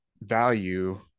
value